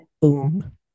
boom